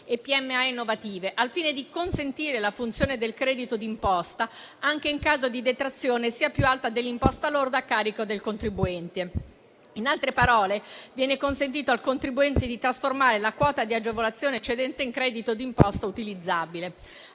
e PMI innovative, al fine di consentire la funzione del credito d'imposta anche in caso di detrazione più alta dell'imposta lorda a carico del contribuente. In altre parole, viene consentito al contribuente di trasformare la quota di agevolazione eccedente in credito d'imposta utilizzabile.